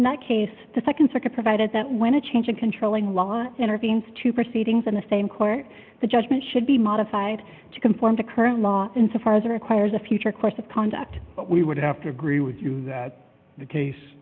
nut case the nd circuit provided that when a change of controlling law intervenes to proceed ings in the same court the judgment should be modified to conform to current law insofar as requires a future course of conduct we would have to agree with you that the case